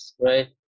right